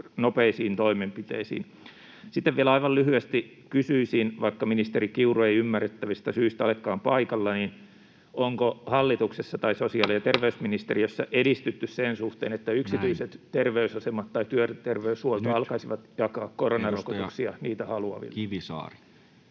nopeisiin toimenpiteisiin. Sitten vielä aivan lyhyesti kysyisin, vaikka ministeri Kiuru ei ymmärrettävistä syistä olekaan paikalla: onko hallituksessa tai sosiaali- ja terveysministeriössä edistytty sen suhteen, että yksityiset terveysasemat tai työterveyshuolto alkaisivat jakaa koronarokotuksia niitä haluaville? [Speech